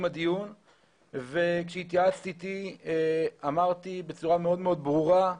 הדיון וכשהתייעצת איתי אמרתי בצורה מאוד מאוד ברורה,